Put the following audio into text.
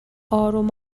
آروم